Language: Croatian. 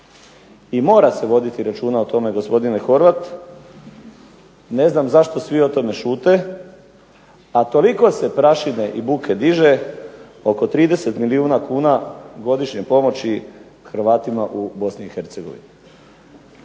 I mora se voditi računa o tome, gospodine Horvat, ne znam zašto svi o tome šute, a toliko se prašine i buke diže oko 30 milijuna kuna godišnje pomoći Hrvatima u BiH.